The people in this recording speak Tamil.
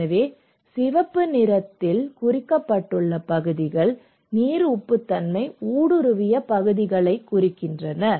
எனவே சிவப்பு நிறத்தில் குறிக்கப்பட்ட பகுதிகள் நீர் உப்புத்தன்மை ஊடுருவிய பகுதிகளைக் குறிக்கின்றன